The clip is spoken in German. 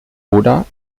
oder